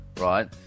right